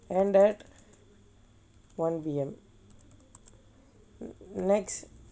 end at one P_M next